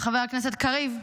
חבר הכנסת קריב.